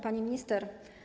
Pani Minister!